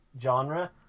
genre